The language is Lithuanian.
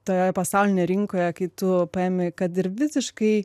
toje pasaulinėj rinkoje kai tu paimi kad ir visiškai